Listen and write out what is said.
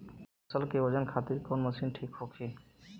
फसल के वजन खातिर कवन मशीन ठीक होखि?